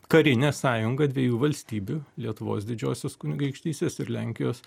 karinė sąjunga dviejų valstybių lietuvos didžiosios kunigaikštystės ir lenkijos